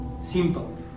Simple